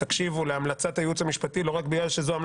תקשיבו להמלצת הייעוץ המשפטי,